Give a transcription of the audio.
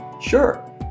Sure